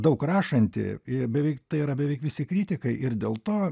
daug rašanti ir beveik tai yra beveik visi kritikai ir dėl to